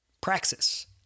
Praxis